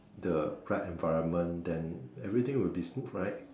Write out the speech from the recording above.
the right environment then everything will be smooth right